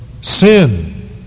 sin